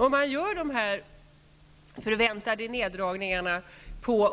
Om man genomför de förväntade neddragningarna på